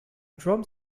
drum